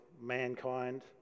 mankind